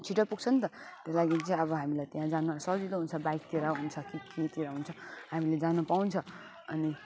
छिटो पुग्छ नि त त्यही लागिन् चाहिँ अब हामीलाई त्यहाँ जानु सजिलो हुन्छ बाइकतिर हुन्छ कि केतिर हुन्छ हामीले जानु पाउँछ अनि